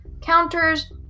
counters